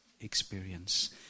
experience